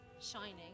shining